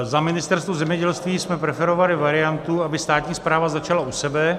Za Ministerstvo zemědělství jsme preferovali variantu, aby státní správa začala u sebe.